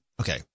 Okay